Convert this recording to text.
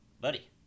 buddy